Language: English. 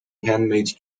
handmade